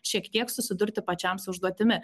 šiek tiek susidurti pačiam su užduotimi